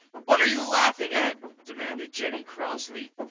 what are you laughing at? demanded jenny crossly.